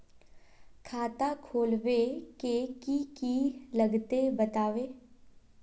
खाता खोलवे के की की लगते बतावे?